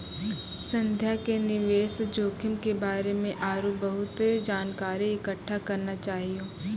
संध्या के निवेश जोखिम के बारे मे आरु बहुते जानकारी इकट्ठा करना चाहियो